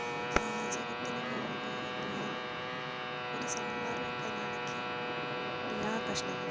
പാചകത്തിനു മുമ്പ് എല്ലാം ഒരു സാമ്പാർ വയ്ക്കാനാണെങ്കിൽ എല്ലാ കഷണങ്ങളും